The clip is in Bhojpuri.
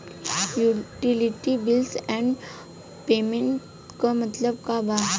यूटिलिटी बिल्स एण्ड पेमेंटस क मतलब का बा?